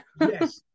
Yes